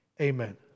Amen